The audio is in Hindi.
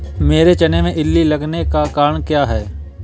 मेरे चने में इल्ली लगने का कारण क्या है?